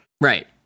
Right